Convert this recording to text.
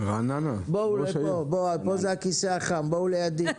בואו לפה, פה זה הכיסא החם, בואו לידי.